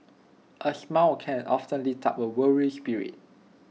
A smile can often lift up A weary spirit